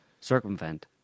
circumvent